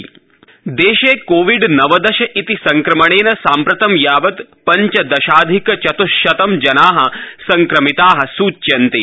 corona मामले देशे covid नवदश इति संक्रमणेन साम्प्रतं यावत् पञ्चदशाधिक चत्रशतं जना संक्रमिता सूच्यन्ते